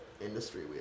industry